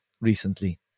recently